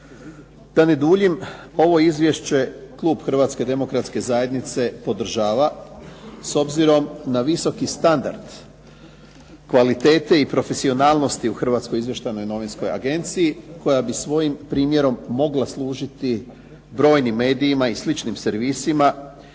Da ne duljim ovo izvješće klub Hrvatske demokratske zajednice podržava s obzirom na visoki standard kvalitete i profesionalnosti u Hrvatskoj izvještajnoj novinskoj agenciji, koja bi svojim primjerom mogla služiti brojnim medijima i sličnim servisima